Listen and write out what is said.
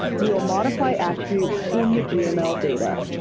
we will modify attributes in the gml data.